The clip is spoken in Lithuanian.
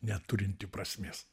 neturinti prasmės